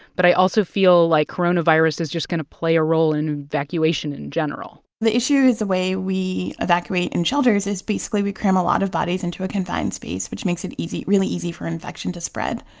but i also feel like coronavirus is just going to play a role in evacuation in general the issue with the way we evacuate in shelters is, basically, we cram a lot of bodies into a confined space, which makes it easy really easy for infection to spread.